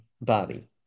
body